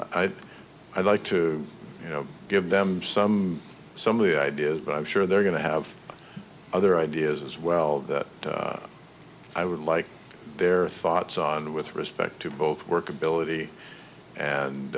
i'd i'd like to you know give them some some of the ideas but i'm sure they're going to have other ideas as well that i would like their thoughts on with respect to both workability and